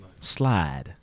Slide